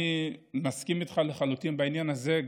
אני מסכים איתך לחלוטין בעניין הזה.